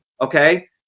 okay